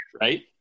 right